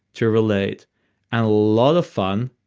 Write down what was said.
to relate and a lot of fun,